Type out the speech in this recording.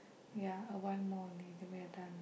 ya a while more only then we're done